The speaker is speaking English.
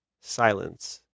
Silence